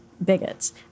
bigots